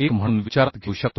1 म्हणून विचारात घेऊ शकतो